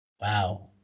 Wow